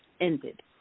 ended